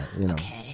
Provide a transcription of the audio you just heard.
Okay